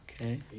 Okay